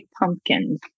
pumpkins